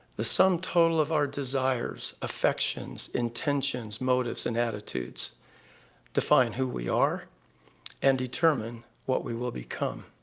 the sum total of our desires, affections, intentions, motives, and attitudes define who we are and determine what we will become.